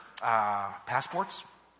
passports